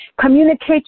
Communicate